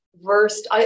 versed